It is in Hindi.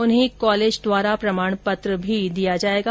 उन्हें काँलेज द्वारा प्रमाण पत्र भी दिया जायेगा